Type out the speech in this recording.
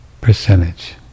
percentage